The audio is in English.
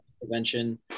prevention